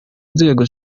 nzego